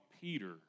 Peter